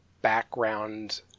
background